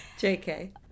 JK